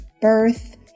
birth